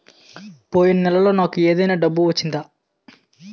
పోయిన నెలలో నాకు ఏదైనా డబ్బు వచ్చిందా?